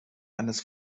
eines